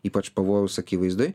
ypač pavojaus akivaizdoj